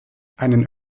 einen